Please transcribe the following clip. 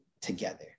together